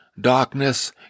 darkness